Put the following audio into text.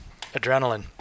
adrenaline